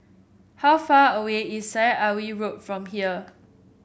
how far away is Syed Alwi Road from here